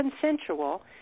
consensual